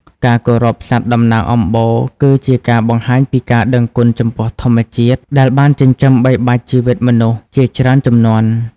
ការគោរពសត្វតំណាងអំបូរ គឺជាការបង្ហាញពីការដឹងគុណចំពោះធម្មជាតិដែលបានចិញ្ចឹមបីបាច់ជីវិតមនុស្សជាច្រើនជំនាន់។